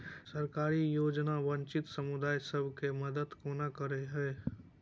सरकारी योजना वंचित समुदाय सब केँ मदद केना करे है?